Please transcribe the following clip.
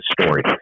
story